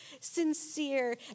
sincere